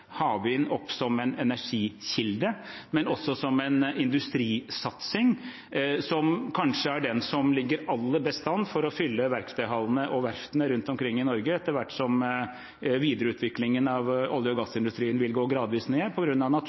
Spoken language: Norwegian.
som en energikilde og også som en industrisatsing – som kanskje er det som ligger aller best an til å fylle verkstedhallene og verftene rundt omkring i Norge etter hvert som videreutviklingen av olje- og gassindustrien vil gå gradvis ned